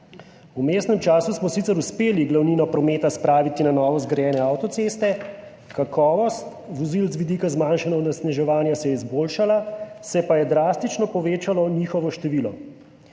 V vmesnem času smo sicer uspeli glavnino prometa spraviti na novo zgrajene avtoceste, kakovost vozil z vidika zmanjšanja onesnaževanja se je izboljšala, se pa je drastično povečalo njihovo število.